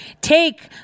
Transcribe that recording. take